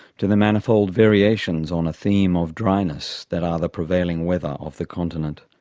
to the manifold variations on a theme of dryness that are the prevailing weather of the continent.